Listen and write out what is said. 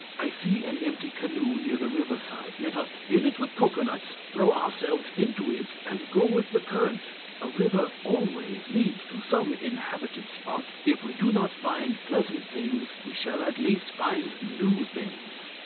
i see an empty canoe near the river-side let us fill it with cocoanuts, throw ourselves into it, and go with the current a river always leads to some inhabited spot. if we do not find pleasant things we shall at least find new things.